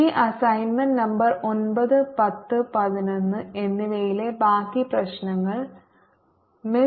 ഈ assignment number 9 10 11 എന്നിവയിലെ ബാക്കി പ്രശ്നങ്ങൾ മിസ്